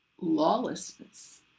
lawlessness